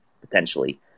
potentially